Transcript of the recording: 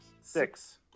Six